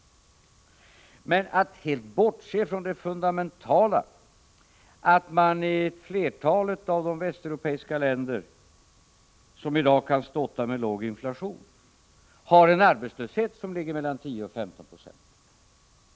Men man kan ju inte helt bortse från det fundamentala, att flertalet av de västeuropeiska länder som i dag kan ståta med låg inflation har en arbetslöshet som ligger på mellan 10 och 15 26.